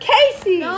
Casey